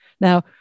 Now